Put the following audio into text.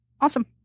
Awesome